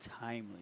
timely